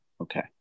Okay